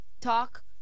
talk